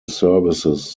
services